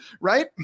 Right